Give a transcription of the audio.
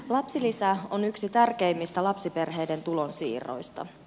lapsilisä on yksi tärkeimmistä lapsiperheiden tulonsiirroista